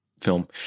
film